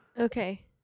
Okay